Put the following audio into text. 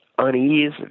Unease